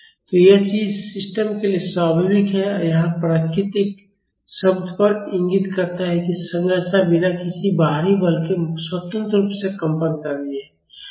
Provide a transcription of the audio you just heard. तो ये चीजें सिस्टम के लिए स्वाभाविक हैं और यहां प्राकृतिक शब्द यह इंगित करता है कि संरचना बिना किसी बाहरी बल के स्वतंत्र रूप से कंपन कर रही है